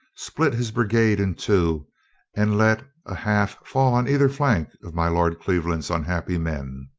split his brigade in two and let a half fall on either flank of my lord cleve land's unhappy men.